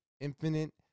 infinite